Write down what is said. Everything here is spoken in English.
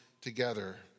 together